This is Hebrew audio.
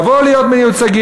יבואו להיות מיוצגים,